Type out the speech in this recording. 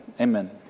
Amen